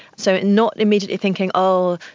so, not immediately thinking, oh,